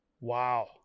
Wow